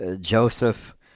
Joseph